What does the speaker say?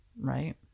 right